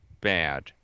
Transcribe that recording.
bad